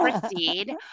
proceed